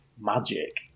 magic